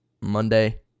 Monday